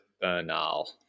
Bernal